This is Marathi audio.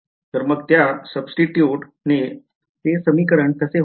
तर मग त्या सुब्स्टिट्यूशन ने ते समीकरण कसे होईल